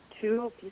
two